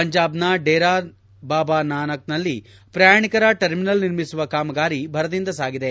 ಪಂಜಾಬ್ನ ಡೇರಾ ಬಾಬಾ ನಾನಕ್ನಲ್ಲಿ ಪ್ರಯಾಣಿಕರ ಟರ್ಮಿನಲ್ ನಿರ್ಮಿಸುವ ಕಾಮಗಾರಿ ಭರದಿಂದ ಸಾಗಿದೆ